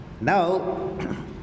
Now